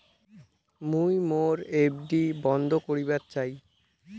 মুই মোর এফ.ডি বন্ধ করিবার চাই